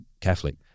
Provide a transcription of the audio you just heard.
Catholic